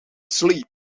sleep